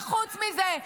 וחוץ מזה,